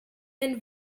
and